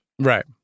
right